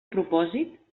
propòsit